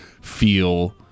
feel